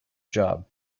job